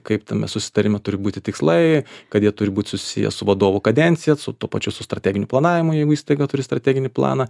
kaip tame susitarime turi būti tikslai kad jie turi būti susiję su vadovo kadencija su tuo pačiu su strateginiu planavimu jeigu įstaiga turi strateginį planą